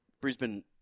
Brisbane